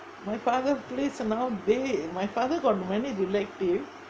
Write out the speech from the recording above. my father place now my father got many relative